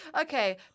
okay